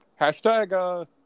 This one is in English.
hashtag